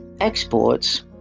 exports